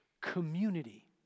community